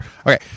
Okay